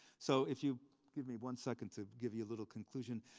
so if you give me one second to give you a little conclusion.